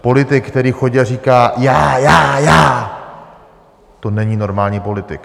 Politik, který chodí a říká: Já, já, já, to není normální politik.